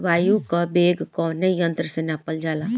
वायु क वेग कवने यंत्र से नापल जाला?